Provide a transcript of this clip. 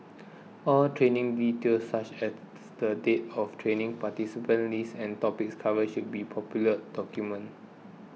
all training details such as the date of training participant list and topics covered should be properly documented